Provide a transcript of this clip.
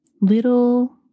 Little